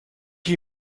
que